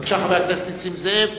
בבקשה, חבר הכנסת נסים זאב.